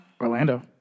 Orlando